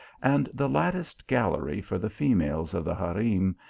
and the latticed gallery for the females of the harem,